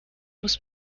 muss